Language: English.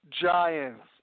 Giants